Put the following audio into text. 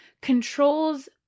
controls